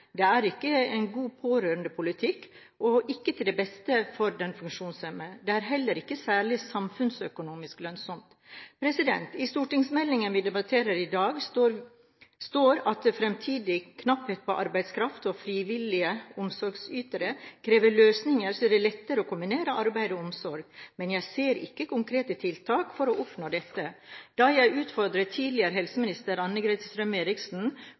Det er ikke en god pårørendepolitikk, og det er ikke til det beste for den funksjonshemmede. Det heller ikke særlig samfunnsøkonomiske lønnsomt. I stortingsmeldingen vi debatterer i dag, står det at fremtidig knapphet på arbeidskraft og frivillige omsorgsytere krever løsninger som gjør det lettere å kombinere arbeid og omsorg. Men jeg ser ikke konkrete tiltak for å oppnå dette. Da jeg utfordret tidligere helseminister